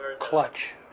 clutch